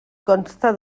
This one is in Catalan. consta